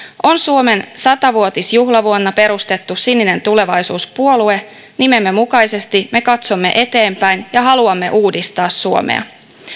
on suomen sata vuotisjuhlavuonna perustettu sininen tulevaisuus puolue nimemme mukaisesti me katsomme eteenpäin ja haluamme uudistaa suomea